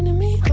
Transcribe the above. me.